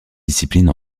discipline